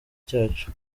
cyacu